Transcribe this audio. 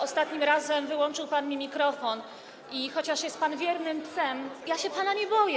Ostatnim razem wyłączył pan mi mikrofon i chociaż jest pan wiernym psem, ja się pana nie boję.